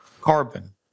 Carbon